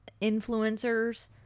influencers